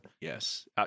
Yes